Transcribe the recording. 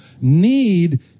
need